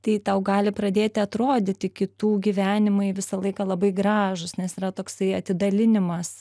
tai tau gali pradėti atrodyti kitų gyvenimai visą laiką labai gražūs nes yra toksai atidalinimas